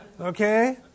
Okay